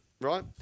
right